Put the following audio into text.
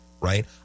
right